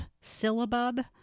syllabub